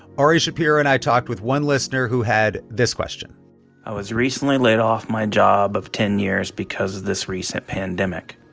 ari shapiro and i talked with one listener who had this question i was recently laid off my job of ten years because of this recent pandemic.